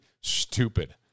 stupid